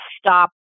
stop